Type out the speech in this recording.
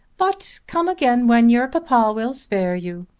but come again when your papa will spare you.